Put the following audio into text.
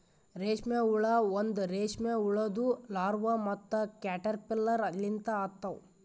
ರೇಷ್ಮೆ ಹುಳ ಒಂದ್ ರೇಷ್ಮೆ ಹುಳುದು ಲಾರ್ವಾ ಮತ್ತ ಕ್ಯಾಟರ್ಪಿಲ್ಲರ್ ಲಿಂತ ಆತವ್